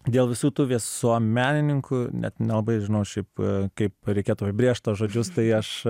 dėl visų tų visuomenininkų net nelabai žinau šiaip kaip reikėtų apibrėžt tuos žodžius tai aš